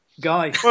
guy